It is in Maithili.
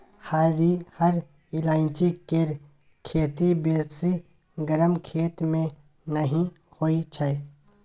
हरिहर ईलाइची केर खेती बेसी गरम खेत मे नहि होइ छै